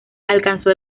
alcanzó